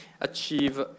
achieve